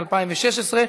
(הבטחת תנאים הולמים למאבטחים), התשע"ז 2017,